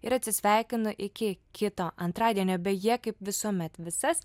ir atsisveikina iki kito antradienio beje kaip visuomet visas